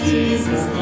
Jesus